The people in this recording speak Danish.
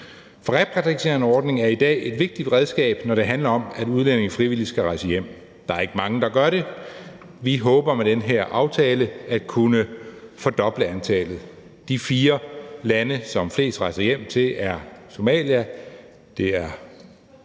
Repatrieringsordningen er i dag et vigtigt redskab, når det handler om, at udlændinge frivilligt skal rejse hjem. Der er ikke mange, der gør det. Vi håber, at vi med den her aftale kan fordoble antallet. De fire lande, som flest rejser hjem til, er Somalia,